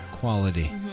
Quality